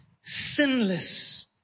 Sinless